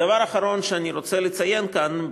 דבר אחרון שאני רוצה לציין כאן,